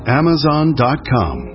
amazon.com